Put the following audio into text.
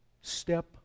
step